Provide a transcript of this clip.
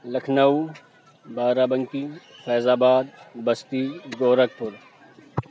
Lucknow Barabanki Faizabad Basti Gorakhpur